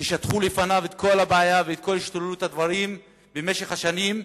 שטחו בפניו את כל הבעיה ואת כל השתלשלות הדברים במשך השנים,